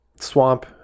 swamp